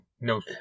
no